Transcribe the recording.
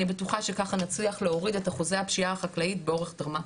אני בטוחה שככה נצליח להוריד את אחוזי הפשיעה החקלאית באורך דרמטי,